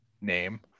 name